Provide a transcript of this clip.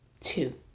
two